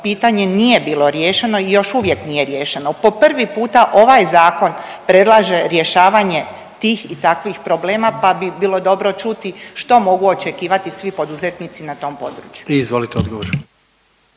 pitanje nije bilo riješeno i još uvijek nije riješeno. Po prvi puta ovaj zakon predlaže rješavanje tih i takvih problema, pa bi bilo dobro čuti što mogu očekivati svi poduzetnici na tom području? **Jandroković,